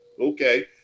okay